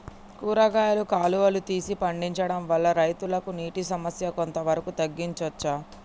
కూరగాయలు కాలువలు తీసి పండించడం వల్ల రైతులకు నీటి సమస్య కొంత వరకు తగ్గించచ్చా?